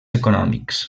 econòmics